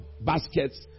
baskets